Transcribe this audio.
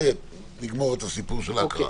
שנגמור את הסיפור של ההקראה.